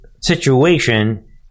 situation